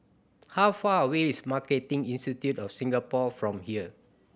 how far away is Marketing Institute of Singapore from here